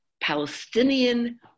Palestinian